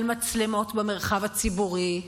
על מצלמות במרחב הציבורי,